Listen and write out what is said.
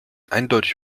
eindeutig